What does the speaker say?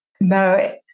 No